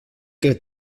que